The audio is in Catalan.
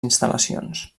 instal·lacions